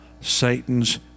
Satan's